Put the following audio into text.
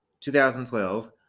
2012